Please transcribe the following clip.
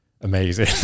amazing